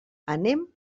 anem